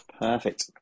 Perfect